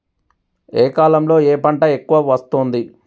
ఏ కాలంలో ఏ పంట ఎక్కువ వస్తోంది?